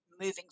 moving